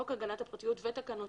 חוק הגנת הפרטיות ותקנותיו,